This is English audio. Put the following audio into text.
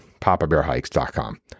PapaBearHikes.com